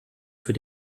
für